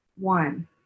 one